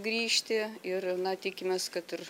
grįžti ir na tikimės kad ir